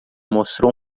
mostrou